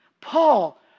Paul